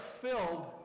filled